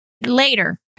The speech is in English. later